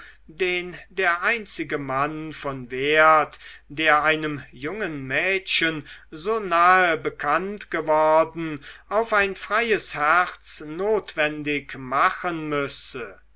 den der einzige mann von wert der einem jungen mädchen so nahe bekannt geworden auf ein freies herz notwendig machen müsse